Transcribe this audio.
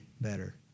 better